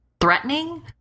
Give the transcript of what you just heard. threatening